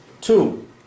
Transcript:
Two